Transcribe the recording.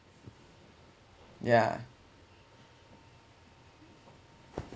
yeah